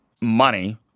money